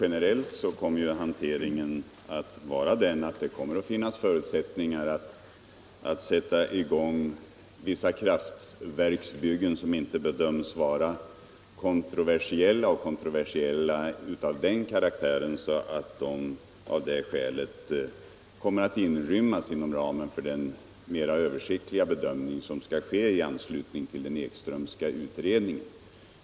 Generellt sett kommer det att finnas förutsättningar att sätta i gång vissa kraftverksbyggen som inte bedöms vara av sådan kontroversiell natur att de faller inom ramen för den mera översiktliga bedömning som skall ske i anslutning till den Ekströmska utredningen.